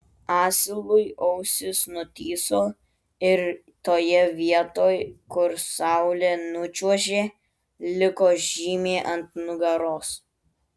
asilui ausys nutįso ir toje vietoj kur saulė nučiuožė liko žymė ant nugaros